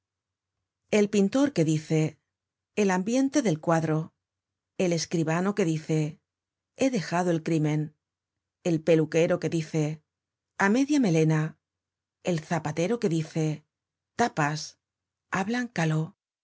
el pintor que dice el ambiente del cuadro el escribano que dice he dejado el crimen el peluquero que dice á media melena el zapatero que dice tapas hablan caló